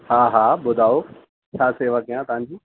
हा हा ॿुधायो छा शेवा कयां तव्हांजी